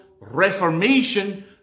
reformation